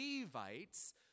Levites